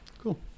Cool